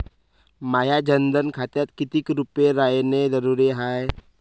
माह्या जनधन खात्यात कितीक रूपे रायने जरुरी हाय?